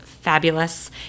fabulous